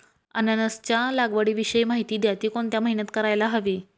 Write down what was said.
अननसाच्या लागवडीविषयी माहिती द्या, ति कोणत्या महिन्यात करायला हवी?